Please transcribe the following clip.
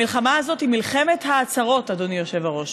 המלחמה הזאת היא מלחמת ההצהרות, אדוני היושב-ראש.